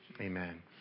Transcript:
amen